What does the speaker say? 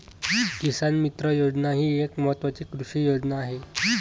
किसान मित्र योजना ही एक महत्वाची कृषी योजना आहे